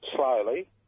Slowly